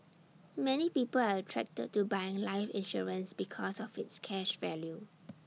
many people are attracted to buying life insurance because of its cash value